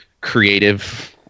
creative